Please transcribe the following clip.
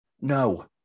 No